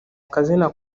akazina